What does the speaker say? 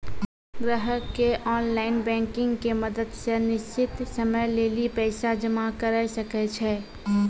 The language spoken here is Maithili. ग्राहकें ऑनलाइन बैंकिंग के मदत से निश्चित समय लेली पैसा जमा करै सकै छै